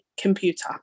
computer